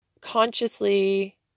consciously